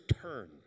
turn